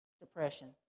depression